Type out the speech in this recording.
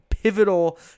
Pivotal